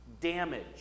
damage